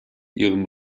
ihren